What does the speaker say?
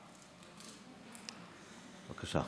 בבקשה.